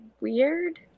weird